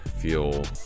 feel